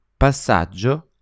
Passaggio